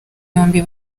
yombi